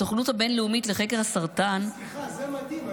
הסוכנות הבין-לאומית לחקר הסרטן, סליחה, זה מדהים.